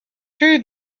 true